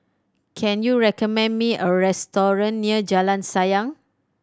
can you recommend me a restaurant near Jalan Sayang